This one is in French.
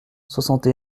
soixante